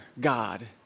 God